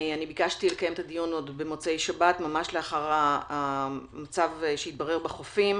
ביקשתי לקיים את הדיון עוד במוצאי שבת ממש לאחר המצב שהתברר בחופים,